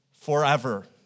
forever